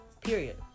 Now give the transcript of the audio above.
Period